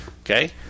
Okay